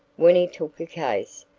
when he took a case,